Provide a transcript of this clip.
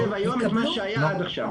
שהיה עד עכשיו.